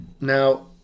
Now